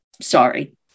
Sorry